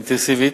האינטנסיבית: